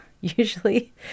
usually